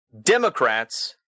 Democrats